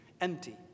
empty